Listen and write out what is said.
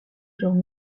genre